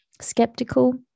skeptical